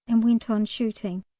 and went on shooting.